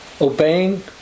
obeying